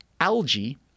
algae